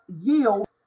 yield